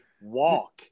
walk